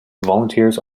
volunteers